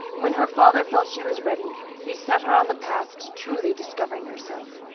when her father felt she was ready he set her on the path to truly discovering herself,